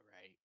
right